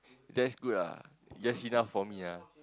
that's good ah that's enough for me ah